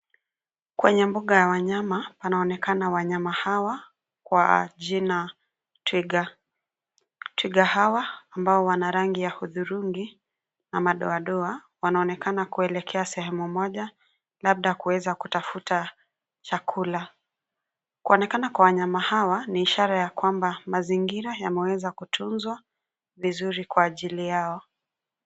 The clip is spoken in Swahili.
Kwenye mbuga ya wanyama, panaonekana wanyama hawa kwa jina twiga. Twiga hawa ambao wana rangi ya hudhurungi , ama doa doa. Wanaonekana kuelekea sehemu moja labda kuweza kutafuta chakula. Kuonekana kwa wanyama hawa ni ishara ya kwamba mazingira yameweza kutunzwa vizuri kwa ajili yao.